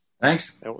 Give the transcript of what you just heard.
Thanks